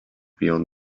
beyond